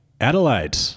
Adelaide